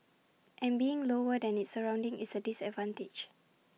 and being lower than its surroundings is A disadvantage